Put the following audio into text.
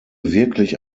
wirklich